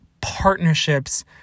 partnerships